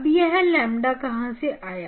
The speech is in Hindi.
अब यह ƛ कहां से आया